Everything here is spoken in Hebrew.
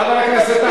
חבר הכנסת חסון.